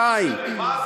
תספר לי, מה קידמת?